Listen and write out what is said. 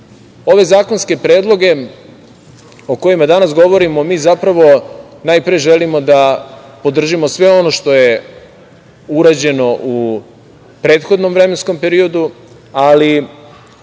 ove zakonske predloge o kojima danas govorimo, mi zapravo, najpre želimo da podržimo sve ono što je urađeno u prethodnom vremenskom periodu, ali